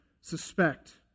suspect